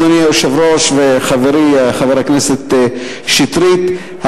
אדוני היושב-ראש וחברי חבר הכנסת שטרית,